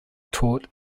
taught